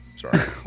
Sorry